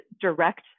direct